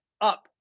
up